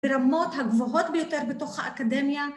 ברמות הגבוהות ביותר בתוך האקדמיה